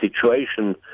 situation